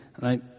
Right